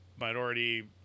minority